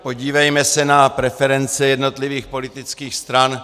Podívejme se na preference jednotlivých politických stran.